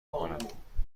کنم